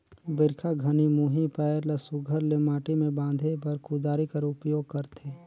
बरिखा घनी मुही पाएर ल सुग्घर ले माटी मे बांधे बर कुदारी कर उपियोग करथे